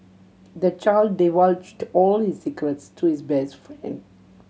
the child divulged all his secrets to his best friend